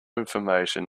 information